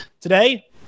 Today